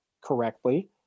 correctly